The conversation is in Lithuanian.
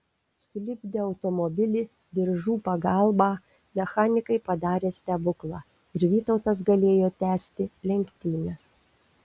sulipdę automobilį diržų pagalbą mechanikai padarė stebuklą ir vytautas galėjo tęsti lenktynes